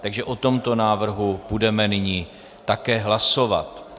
Takže o tomto návrhu budeme nyní také hlasovat.